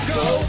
go